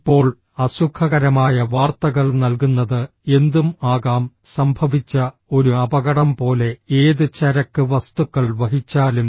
ഇപ്പോൾ അസുഖകരമായ വാർത്തകൾ നൽകുന്നത് എന്തും ആകാം സംഭവിച്ച ഒരു അപകടം പോലെ ഏത് ചരക്ക് വസ്തുക്കൾ വഹിച്ചാലും